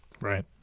right